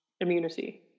immunity